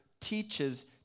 teaches